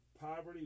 Poverty